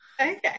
okay